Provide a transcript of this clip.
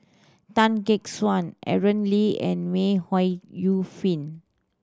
Tan Gek Suan Aaron Lee and May Yu Fen